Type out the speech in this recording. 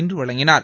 இன்று வழங்கினார்